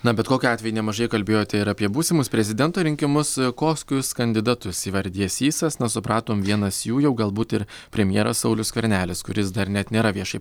na bet kokiu atveju nemažai kalbėjote ir apie būsimus prezidento rinkimus kokius kandidatus įvardija sysas na supratom vienas jų jau galbūt ir premjeras saulius skvernelis kuris dar net nėra viešai